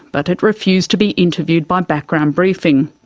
but it refused to be interviewed by background briefing.